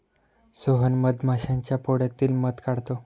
सोहन मधमाश्यांच्या पोळ्यातील मध काढतो